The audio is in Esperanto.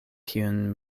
kiun